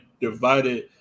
divided